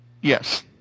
Yes